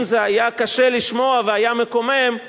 אם היה קשה והיה מקומם לשמוע את זה,